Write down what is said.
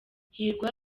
hirwa